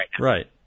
right